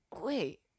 Wait